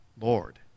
Lord